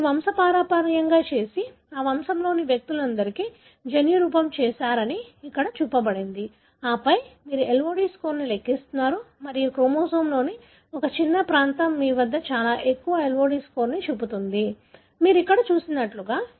మీరు వంశపారంపర్యంగా చేసి ఆ వంశంలోని వ్యక్తులందరికీ జన్యురూపం చేశారని ఇక్కడ చూపబడింది ఆపై మీరు LOD స్కోర్ను లెక్కిస్తున్నారు మరియు క్రోమోజోమ్లోని ఒక చిన్న ప్రాంతం మీ వద్ద చాలా ఎక్కువ LOD స్కోర్ను చూపుతుంది మీరు ఇక్కడ చూస్తున్నట్లుగా